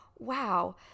wow